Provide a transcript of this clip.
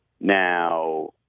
Now